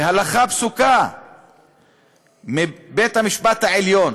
הלכה פסוקה מבית-המשפט העליון